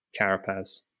Carapaz